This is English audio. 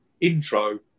intro